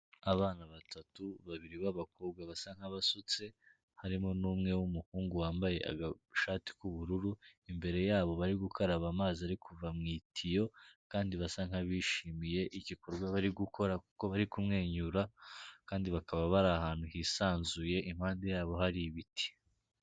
Abana batatu babiri b'abakobwa basa nkabasutse, harimo n'umwe w'umuhungu wambaye agashati k'ubururu, imbere yabo bari gukaraba amazi ariko kuva mu itiyo kandi basa n'abishimiye igi gikorwa bari gukora, kuko bari kumwenyura kandi bakaba bari ahantu hisanzuye impande yabo hari ibiti.